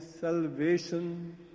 salvation